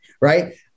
right